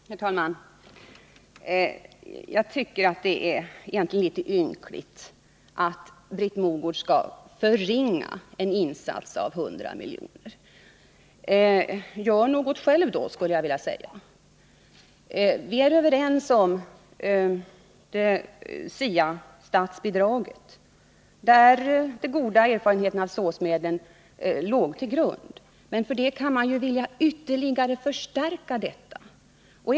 Herr talman! Jag tycker att det egentligen är litet ynkligt att Britt Mogård skall förringa en insats på 100 miljoner. Gör något själv då, skulle jag vilja säga! Vi är överens om SIA-statsbidraget, för vilket de goda erfarenheterna av SÅS-medlen låg till grund. Men för den skull kan man ju vilja ha en ytterligare förstärkning av detta bidrag.